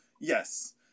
yes